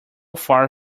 far